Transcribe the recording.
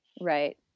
Right